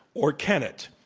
or can it.